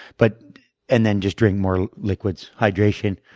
but and then just drinking more liquids, hydration.